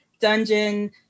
dungeon